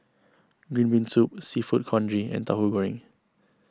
Green Bean Soup Seafood Congee and Tahu Goreng